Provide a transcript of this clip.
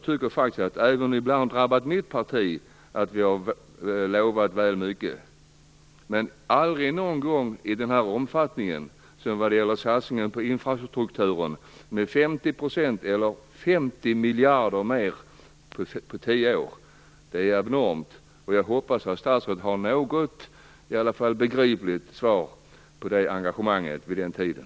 Det har även drabbat mitt parti att vi har lovat väl mycket, men aldrig någon gång i den här omfattningen. Det gäller den ökade satsningen på infrastrukturen med 50 % eller 50 miljarder mer på tio år. Det är abnormt, och jag hoppas att statsrådet har någon begriplig kommentar till engagemanget vid den tiden.